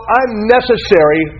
unnecessary